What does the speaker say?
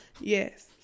Yes